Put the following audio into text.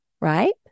Right